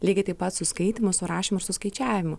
lygiai taip pat su skaitymu su rašymu ir su skaičiavimu